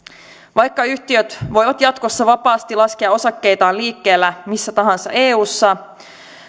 vaikka yhtiöt voivat jatkossa vapaasti laskea osakkeitaan liikkeelle missä tahansa eussa